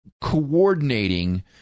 coordinating